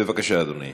בבקשה, אדוני.